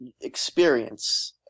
experience